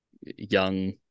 young